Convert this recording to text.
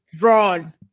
Ron